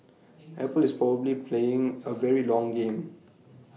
apple is probably playing A very long game